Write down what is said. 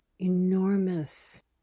enormous